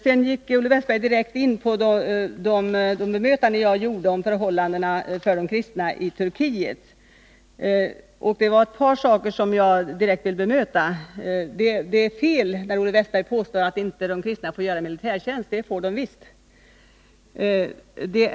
Sedan tog Olle Wästberg direkt upp de bemötanden jag gjorde om förhållandena för de kristna i Turkiet. Det är ett par saker som jag direkt vill gendriva. Olle Wästberg har fel när han påstår att de kristna inte får göra militärtjänst. Det får de visst göra.